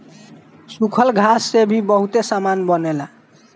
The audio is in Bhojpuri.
सूखल घास से भी बहुते सामान बनेला